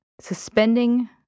suspending